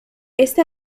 este